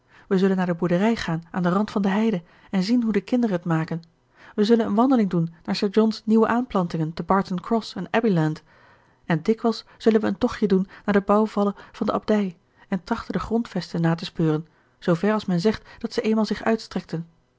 we zullen naar de boerderij gaan aan den rand van de heide en zien hoe de kinderen het maken we zullen een wandeling doen naar sir john's nieuwe aanplantingen te barton cross en abbeyland en dikwijls zullen we een tochtje doen naar de bouwvallen van de abdij en trachten de grondvesten na te speuren zoover als men zegt dat ze eenmaal zich uitstrekten